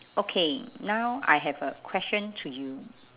okay now I have a question to you